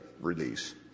release